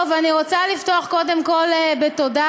טוב, אני רוצה לפתוח קודם כול בתודה,